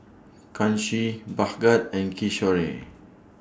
Kanshi Bhagat and Kishore